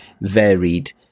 varied